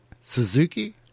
Suzuki